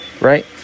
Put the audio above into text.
right